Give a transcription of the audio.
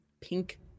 pink